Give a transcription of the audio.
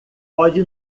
pode